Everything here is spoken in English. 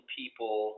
people